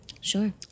Sure